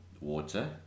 water